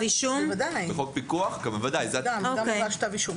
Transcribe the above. חוק פיקוח אם אנחנו מתלים,